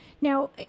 Now